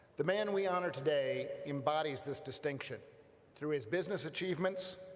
the man we honor today embodies this distinction through his business achievements,